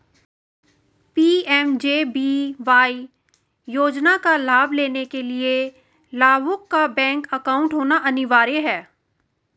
PMJBY योजना का लाभ लेने के लिया लाभुक का बैंक अकाउंट होना अनिवार्य है